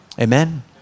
Amen